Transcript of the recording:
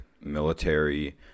military